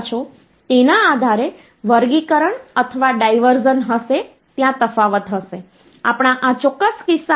તો તમે તેને બીટ બાય બીટ ઉમેરી શકો છો અને હું અહીં બાઈનરી નંબર સિસ્ટમ વિશે વાત કરી રહ્યો છું